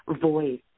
voice